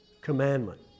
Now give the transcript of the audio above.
commandment